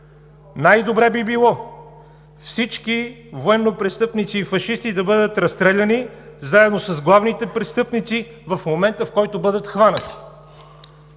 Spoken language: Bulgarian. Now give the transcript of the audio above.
„Най-добре би било всички военнопрестъпници и фашисти да бъдат разстреляни заедно с главните престъпници в момента, в който бъдат хванати.“